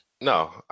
No